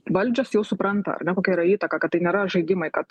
valdžios jau supranta kokia yra įtaka kad tai nėra žaidimai kad